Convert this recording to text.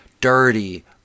dirty